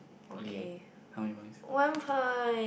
okay how many points